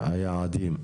היעדים.